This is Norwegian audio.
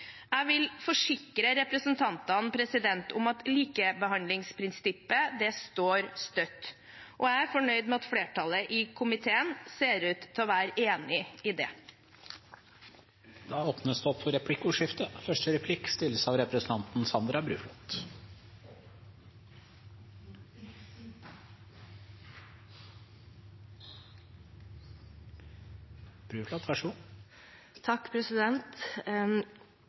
Jeg vil forsikre representantene om at likebehandlingsprinsippet står støtt, og jeg er fornøyd med at flertallet i komiteen ser ut til å være enig i det.